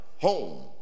home